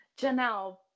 Janelle